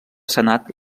senat